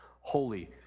holy